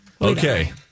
Okay